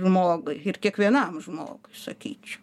žmogui ir kiekvienam žmogui sakyčiau